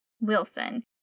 Wilson